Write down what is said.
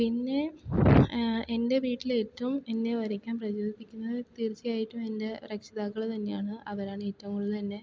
പിന്നേ എന്റെ വീട്ടിലേറ്റവും എന്നെ വരയ്ക്കാൻ പ്രചോദിപ്പിക്കുന്നത് തീർച്ചയായിട്ടും തന്നെ രക്ഷിതാക്കള് തന്നെയാണ് അവരാണ് ഏറ്റവും കൂടുതൽ എന്നെ